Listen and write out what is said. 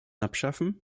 abschaffen